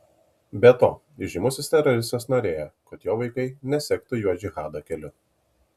be to įžymusis teroristas norėjo kad jo vaikai nesektų juo džihado keliu